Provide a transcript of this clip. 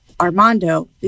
Armando